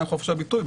מה עם חופש הביטוי,